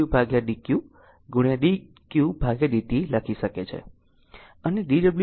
6 છે તેથી p dwdt આ સમીકરણ dwdq dqdt લખી શકે છે